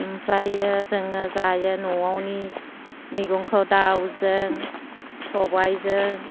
आमफ्रायो जोङो जायो न'आवनि मैगंखौ दाउजों सबायजों